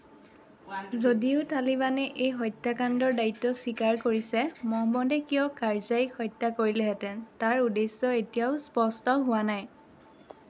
যদিও তালিবানে এই হত্যাকাণ্ডৰ দায়িত্ব স্বীকাৰ কৰিছে মহম্মদে কিয় কাৰ্জাইক হত্যা কৰিলেহেঁতেন তাৰ উদ্দেশ্য এতিয়াও স্পষ্ট হোৱা নাই